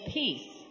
peace